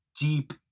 deep